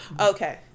Okay